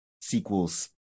sequels